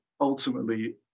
ultimately